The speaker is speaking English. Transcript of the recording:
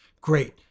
great